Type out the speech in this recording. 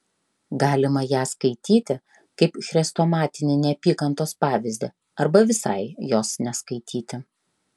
galima ją skaityti kaip chrestomatinį neapykantos pavyzdį arba visai jos neskaityti